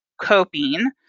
coping